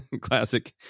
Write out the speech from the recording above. Classic